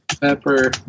pepper